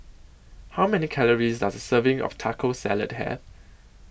How Many Calories Does A Serving of Taco Salad Have